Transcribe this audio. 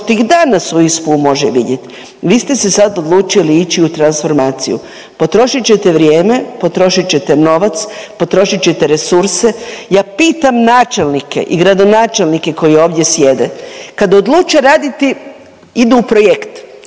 ih danas u ISPU može vidjet. Vi ste se sad odlučili ići u transformaciju, potrošit ćete vrijeme, potrošit ćete novac, potrošit ćete resurse. Ja pitam načelnike i gradonačelnike koji ovdje sjede kad odluče raditi idu u projekt